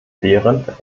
behrendt